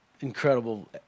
incredible